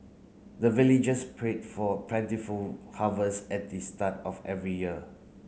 the villagers pray for plentiful harvest at the start of every year